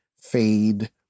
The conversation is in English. fade